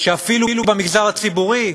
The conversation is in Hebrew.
שאפילו במגזר הציבורי,